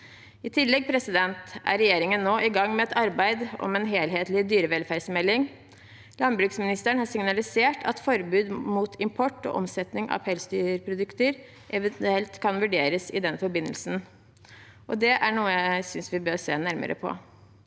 I tillegg er regjeringen nå i gang med et arbeid om en helhetlig dyrevelferdsmelding. Landbruksministeren har signalisert at forbud mot import og omsetning av pelsdyrprodukter eventuelt kan vurderes i den forbindelse, og det er noe jeg synes vi bør se nærmere på.